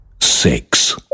Six